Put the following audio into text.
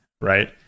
right